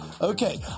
Okay